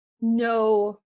no